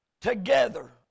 together